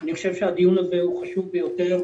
אני חושב שהדיון הזה הוא חשוב ביותר,